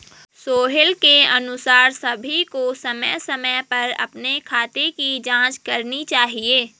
सोहेल के अनुसार सभी को समय समय पर अपने खाते की जांच करनी चाहिए